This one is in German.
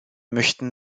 möchten